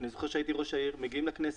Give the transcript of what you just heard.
אני זוכר שהייתי ראש עיר, מגיעים לכנסת,